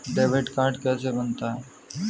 Debit card कैसे बनता है?